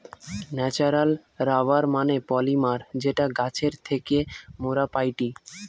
natural rubber মানে polymer যেটা গাছের থেকে মোরা পাইটি